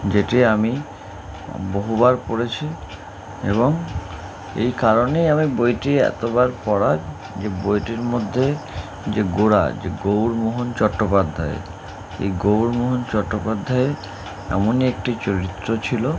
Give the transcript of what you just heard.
যেটি আমি বহুবার পড়েছি এবং এই কারণেই আমি বইটি এতবার পড়ার যে বইটির মধ্যে যে গোড়া যে গৌড়মোহন চট্টোপাধ্যায় এই গৌড়মোহন চট্টোপাধ্যায়ের এমনই একটি চরিত্র ছিলো